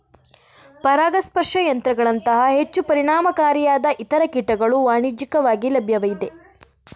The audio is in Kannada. ಪರಾಗಸ್ಪರ್ಶ ಯಂತ್ರಗಳಂತಹ ಹೆಚ್ಚು ಪರಿಣಾಮಕಾರಿಯಾದ ಇತರ ಕೀಟಗಳು ವಾಣಿಜ್ಯಿಕವಾಗಿ ಲಭ್ಯವಿವೆ